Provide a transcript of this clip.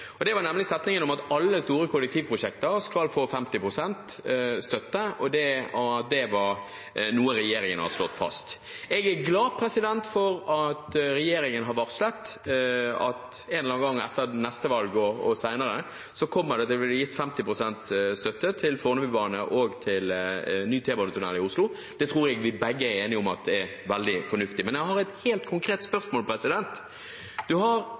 nemlig setningen om at alle store kollektivprosjekter skal få 50 pst. støtte, og at det er noe regjeringen har slått fast. Jeg er glad for at regjeringen har varslet at en eller annen gang etter neste valg kommer det til å bli gitt 50 pst. støtte til Fornebubanen og til ny T-banetunnel i Oslo. Det tror jeg vi er enige om er veldig fornuftig. Men jeg har et helt konkret spørsmål: